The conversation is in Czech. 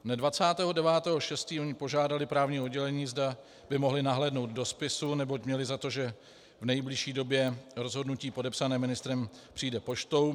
Dne 29. 6. oni požádali právní oddělení, zda by mohli nahlédnout do spisu, neboť měli za to, že v nejbližší době rozhodnutí podepsané ministrem přijde poštou.